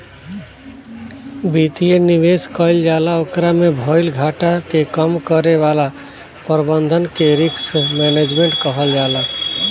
वित्तीय निवेश कईल जाला ओकरा में भईल घाटा के कम करे वाला प्रबंधन के रिस्क मैनजमेंट कहल जाला